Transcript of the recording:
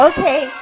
Okay